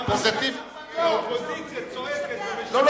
אופוזיציה צועקת, משקרת